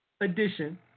edition